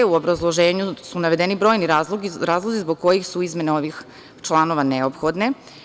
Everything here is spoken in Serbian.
U obrazloženju su navedeni brojni razlozi zbog kojih su izmene ovih članova neophodne.